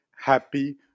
happy